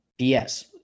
BS